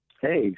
Hey